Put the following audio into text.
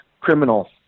criminal